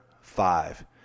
five